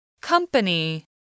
Company